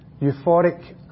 euphoric